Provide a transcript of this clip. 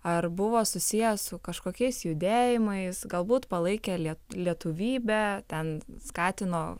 ar buvo susiję su kažkokiais judėjimais galbūt palaikė lietuvybę ten skatino